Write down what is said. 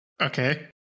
Okay